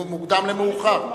מוקדם למאוחר?